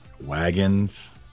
wagons